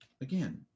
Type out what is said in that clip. again